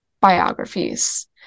biographies